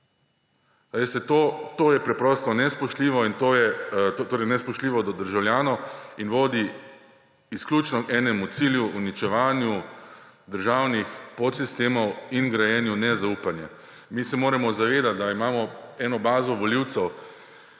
To je nespoštljivo do državljanov in vodi izključno k enemu cilju − k uničevanju državnih podsistemov in gradnji nezaupanja. Mi se moramo zavedat, da imamo eno bazo volivcev,